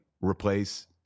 replace